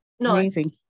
Amazing